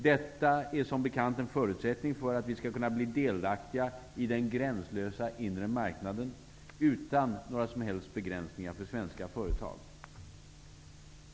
Detta är som bekant en förutsättning för att vi skall kunna bli delaktiga i den gränslösa inre marknaden utan begränsningar för svenska företag.